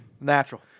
Natural